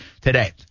today